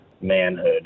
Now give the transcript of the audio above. manhood